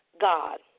God